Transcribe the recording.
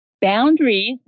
Boundaries